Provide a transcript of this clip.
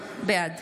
בעד